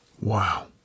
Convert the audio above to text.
Wow